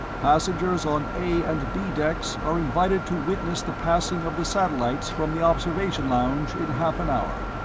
passengers on a and b decks are invited to witness the passing of the satellites from the observation lounge in half an hour.